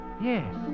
Yes